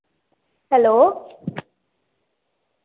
hello